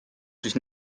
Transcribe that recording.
siis